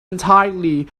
entirely